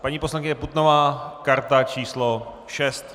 Paní poslankyně Putnová karta číslo 6.